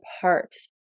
parts